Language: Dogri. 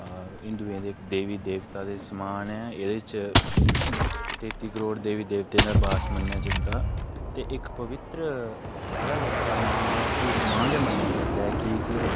हिन्दुए दे देवी देवता दे समान ऐ एह्दे च तेती करोड़ देवी देवता दा बास मन्नेआ जंदा ते इक पवित्र आह्ला लेखा मां इसी इक मां गै मन्नेआ जंदा ऐ कि के